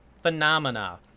phenomena